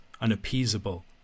unappeasable